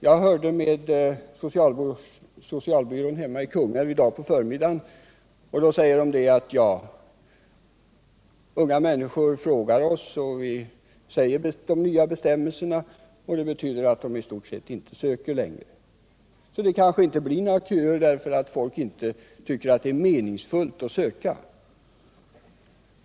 Jag hörde med socialbyrån hemma i Kungälv i dag på förmiddagen, och där säger man: Ja, unga människor frågar oss, och vi meddelar dem de nya bestämmelserna. Det medför att de i stort sett inte söker lån. Det kanske inte blir några köer därför att folk inte tycker det är meningsfullt att söka.